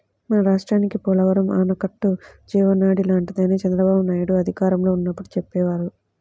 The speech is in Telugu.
మన రాష్ట్రానికి పోలవరం ఆనకట్ట జీవనాడి లాంటిదని చంద్రబాబునాయుడు అధికారంలో ఉన్నప్పుడు చెప్పేవారు